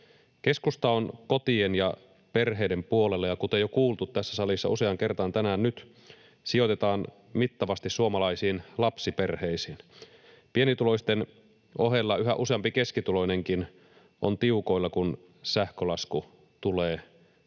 Keskusta on kotien ja perheiden puolella, ja kuten jo kuultu tässä salissa useaan kertaan tänään, nyt sijoitetaan mittavasti suomalaisiin lapsiperheisiin. Pienituloisten ohella yhä useampi keskituloinenkin on tiukoilla, kun sähkölasku tulee kotiin.